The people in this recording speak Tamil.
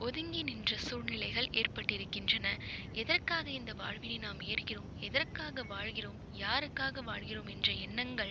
ஒதுங்கி நின்ற சூழ்நிலைகள் ஏற்பட்டிருக்கின்றன எதற்காக இந்த வாழ்வினை நாம் ஏற்கிறோம் எதற்காக வாழ்கிறோம் யாருக்காக வாழ்கிறோம் என்ற எண்ணங்கள்